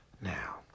now